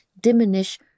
diminish